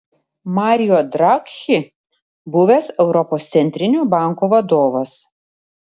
mario draghi buvęs europos centrinio banko vadovas